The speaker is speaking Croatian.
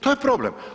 To je problem.